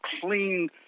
clean